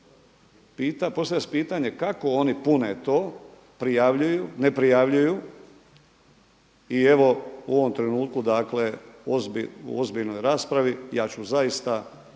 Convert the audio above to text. postavlja se pitanje kako oni pune to, prijavljuju, ne prijavljuju i evo u ovom trenutku u ozbiljnoj raspravi ja ću zaista